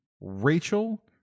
Rachel